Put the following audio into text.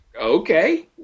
okay